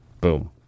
Boom